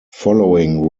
following